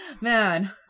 man